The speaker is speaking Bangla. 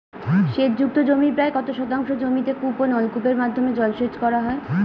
সেচ যুক্ত জমির প্রায় কত শতাংশ জমিতে কূপ ও নলকূপের মাধ্যমে জলসেচ করা হয়?